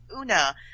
Una